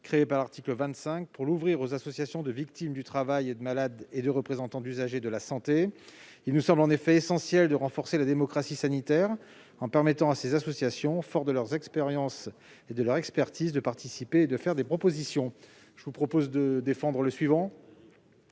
créé par l'article 25, pour l'ouvrir aux associations de victimes du travail et de malades et de représentants d'usagers de la santé. Il nous semble en effet essentiel de renforcer la démocratie sanitaire en permettant à ces associations, fortes de leur expérience et de leur expertise, de participer et de faire des propositions. L'amendement